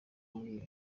muri